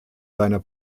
seiner